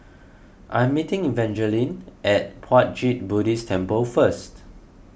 I am meeting Evangeline at Puat Jit Buddhist Temple first